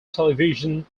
television